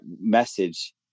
message